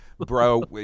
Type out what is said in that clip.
bro